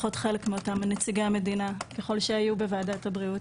לפחות חלק מאותם נציגי המדינה ככל שהיו בוועדת הבריאות.